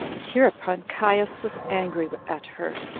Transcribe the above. hereupon caius was angry at her,